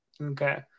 Okay